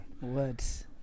Words